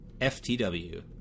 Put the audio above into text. FTW